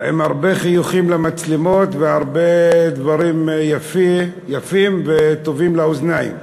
עם הרבה חיוכים למצלמות והרבה דברים יפים וטובים לאוזניים.